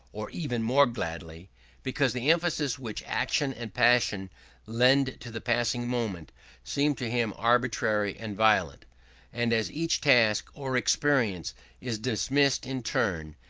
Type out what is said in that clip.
or even more gladly because the emphasis which action and passion lend to the passing moment seems to him arbitrary and violent and as each task or experience is dismissed in turn,